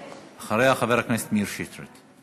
אחריה, חבר הכנסת מאיר שטרית.